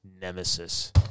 nemesis